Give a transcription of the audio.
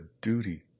duty